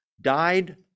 died